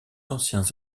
anciens